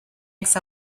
eggs